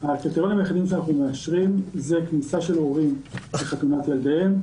הקריטריונים היחידים שאנחנו מאשרים זה כניסה של הורים לחתונת ילדיהם,